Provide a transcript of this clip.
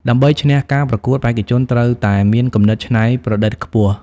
ដើម្បីឈ្នះការប្រកួត បេក្ខជនត្រូវតែមានគំនិតច្នៃប្រឌិតខ្ពស់។